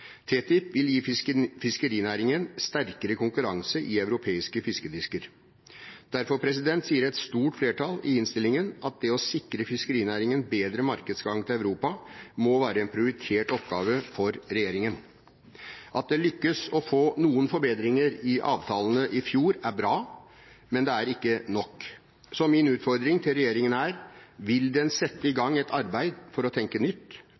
TTIP vil gi fiskerinæringen sterkere konkurranse i europeiske fiskedisker. Derfor sier et stort flertall i innstillingen at det å sikre fiskerinæringen bedre markedsadgang til Europa må være en prioritert oppgave for regjeringen. At det lyktes å få noen forbedringer i avtalene i fjor, er bra, men det er ikke nok, så min utfordring til regjeringen er: Vil den sette i gang et arbeid for å tenke nytt,